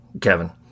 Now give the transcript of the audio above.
Kevin